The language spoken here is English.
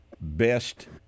best